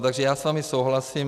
Takže já s vámi souhlasím.